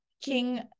king